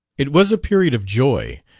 it was a period of joy,